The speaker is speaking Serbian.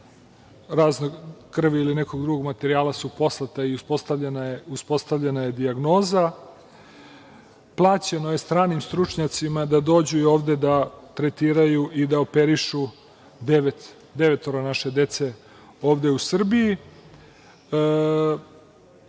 razne krvi ili nekog drugog materijala su poslata i uspostavljena je dijagnoza. Plaćeno je stranim stručnjacima da dođu i ovde da tretiraju i da operišu devetoro naše dece u Srbiji. Imamo